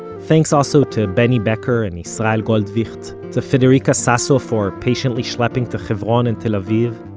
thanks also to benny becker and israel goldvicht, to federica sasso for patiently schlepping to hebron and tel aviv,